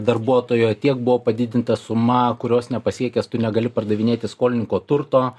darbuotojo tiek buvo padidinta suma kurios nepasiekęs tu negali pardavinėti skolininko turto